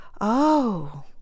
Oh